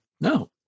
No